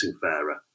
fairer